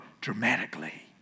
dramatically